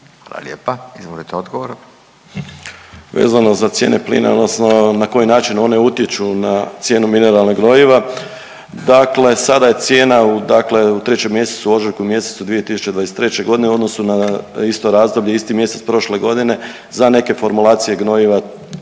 Hvala lijepa. Izvolite odgovor. **Majdak, Tugomir** Vezano za cijene plina odnosno na koji način one utječu na cijenu mineralnih gnojiva, dakle sada je cijena dakle u trećem mjesecu, ožujku mjesecu 2023.g. u odnosu na isto razdoblje isti mjesec prošle godine za neke formulacije gnojiva